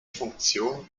funktion